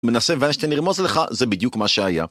מנסה ואז שנרמוז לך, זה בדיוק מה שהיה.